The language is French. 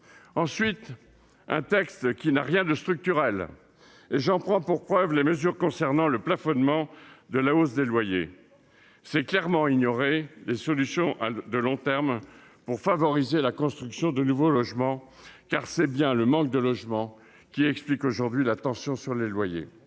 Ensuite, un texte qui n'a rien de structurel : j'en prends pour preuve les mesures concernant le plafonnement de la hausse des loyers. C'est clairement ignorer les solutions de long terme qui favoriseraient la construction de nouveaux logements, alors que c'est bien le manque de logements qui explique aujourd'hui la tension sur les loyers.